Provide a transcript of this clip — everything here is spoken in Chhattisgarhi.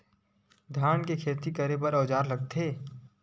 धान के खेती करे बर का औजार लगथे?